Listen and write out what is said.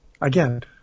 again